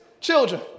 Children